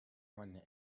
one